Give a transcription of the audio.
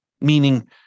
Meaning